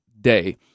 day